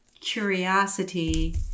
curiosity